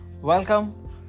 welcome